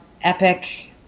epic